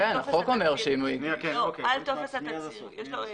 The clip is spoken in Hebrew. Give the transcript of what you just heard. על טופס התצהיר ויש לו העתק.